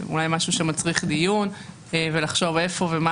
זה אולי משהו שמצריך דיון ולחשוב איפה ומה